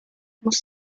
muss